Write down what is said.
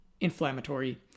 inflammatory